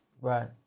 Right